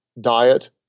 diet